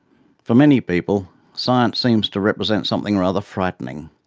for many people, science seems to represent something rather frightening,